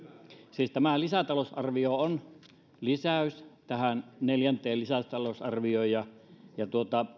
siis tämä lisätalousarvio on lisäys tähän neljänteen lisätalousarvioon ja ja